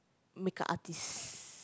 makeup artist